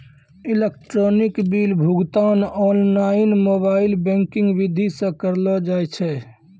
electronic bill भुगतान online mobile banking विधि से करलो जाय छै